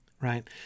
right